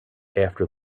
after